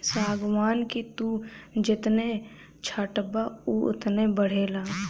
सागवान के तू जेतने छठबअ उ ओतने बढ़ेला